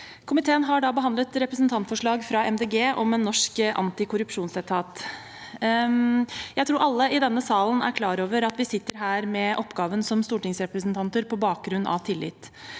Komiteen har behandlet et representantforslag fra Miljøpartiet De Grønne om en norsk antikorrupsjonsetat. Jeg tror alle i denne salen er klar over at vi sitter her med oppgaven som stortingsrepresentant på bakgrunn av tillit.